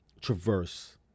traverse